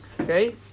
Okay